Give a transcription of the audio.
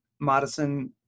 Madison